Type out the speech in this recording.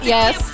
Yes